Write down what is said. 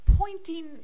Pointing